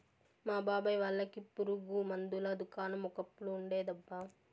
మా బాబాయ్ వాళ్ళకి పురుగు మందుల దుకాణం ఒకప్పుడు ఉండేదబ్బా